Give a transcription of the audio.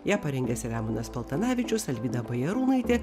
ją parengė selemonas paltanavičius alvyda bajarūnaitė